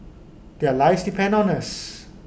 their lives depend on us